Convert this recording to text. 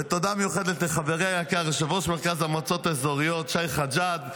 ותודה מיוחדת לחברי היקר יושב-ראש מרכז המועצות האזוריות שי חג'ג',